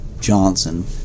Johnson